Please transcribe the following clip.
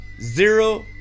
zero